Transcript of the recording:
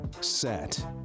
set